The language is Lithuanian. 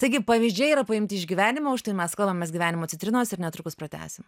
taigi pavyzdžiai yra paimti iš gyvenimo už tai mes kalbamės gyvenimo citrinos ir netrukus pratęsim